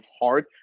hard